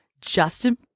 Justin